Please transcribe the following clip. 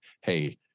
Hey